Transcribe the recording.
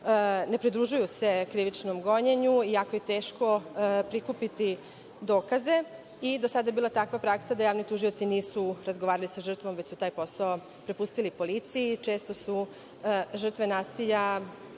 ne pridružuju se krivičnom gonjenu i jako je teško prikupiti dokaze. Do sada je bila praksa da javni tužioci nisu razgovarali sa žrtvom već su taj posao prepustili policiji. Često su žrtve nasilja